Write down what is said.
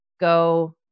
go